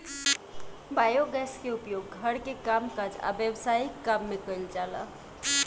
biogas के उपयोग घर के कामकाज आ व्यवसायिक काम में कइल जाला